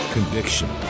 Conviction